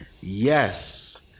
yes